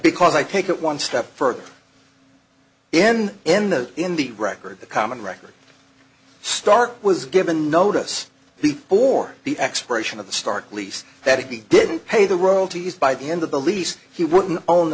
because i take it one step further in in the in the record the common record stark was given notice before the expiration of the start at least that if he didn't pay the roll to us by the end of the lease he wouldn't own